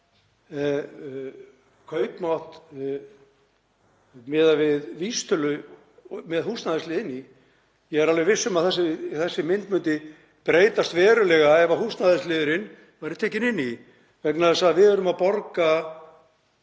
kaupmátt miðað við vísitölu með húsnæðisliðnum inni. Ég er alveg viss um að þessi mynd myndi breytast verulega ef húsnæðisliðurinn væri tekinn inn í vegna þess að við erum að borga